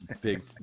big